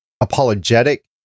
apologetic